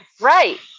Right